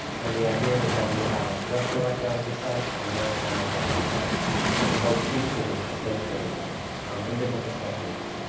and the idea was that we would have a terrestrial archaeology site, and a maritime archaeology site that could both speak to the slave trade from different perspectives.